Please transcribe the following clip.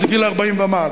זה גיל 40 ומעלה.